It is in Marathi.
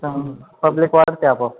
त्यामुळे पब्लिक वाढते आपोआप